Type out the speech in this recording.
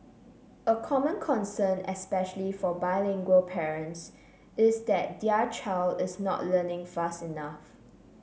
a common concern especially for bilingual parents is that their child is not learning fast enough